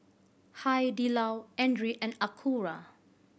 Hai Di Lao Andre and Acura